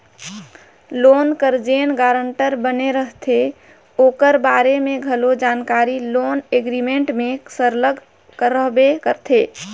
loan कर जेन guarantor बने रहथे ओकर बारे में घलो जानकारी लोन एग्रीमेंट में सरलग रहबे करथे